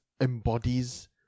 embodies